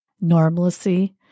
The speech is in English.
normalcy